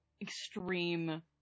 extreme